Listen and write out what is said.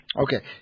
Okay